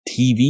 TV